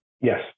Yes